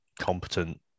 competent